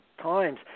times